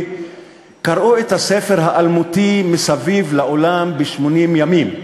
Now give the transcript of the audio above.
קראו את הספר האלמותי "מסביב לעולם ב-80 יום"